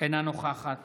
אינה נוכחת